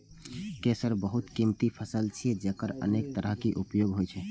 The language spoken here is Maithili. केसर बहुत कीमती फसल छियै, जेकर अनेक तरहक उपयोग होइ छै